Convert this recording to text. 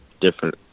different